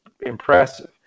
impressive